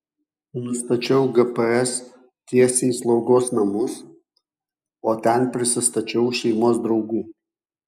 nustačiau gps tiesiai į slaugos namus o ten prisistačiau šeimos draugu